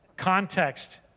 Context